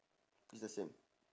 it's the same